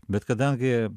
bet kadangi